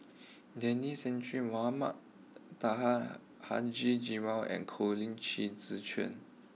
Denis Santry Mohamed Taha Haji Jamil and Colin Qi Zhe Quan